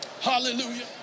Hallelujah